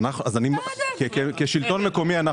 כשלטון מקומי,